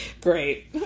great